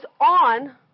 on